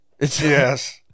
Yes